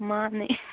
ꯃꯥꯅꯦ